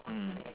mm